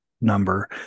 number